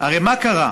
הרי מה קרה?